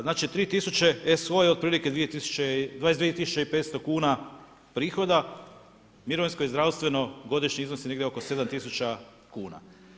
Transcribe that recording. Znači 3000 SO je otprilike 22.500 kuna prihoda, mirovinsko i zdravstveno godišnje iznosi negdje oko 7000 kuna.